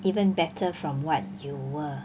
even better from what you were